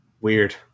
Weird